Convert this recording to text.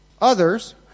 Others